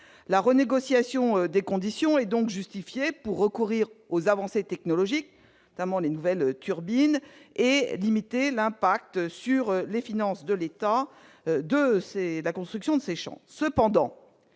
la renégociation des conditions et donc justifié pour recourir aux avancées technologiques, notamment les nouvelles turbines et limiter l'impact sur les finances de l'État 2 c'est la construction de ces champs,